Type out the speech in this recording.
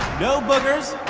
no boogers.